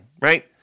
right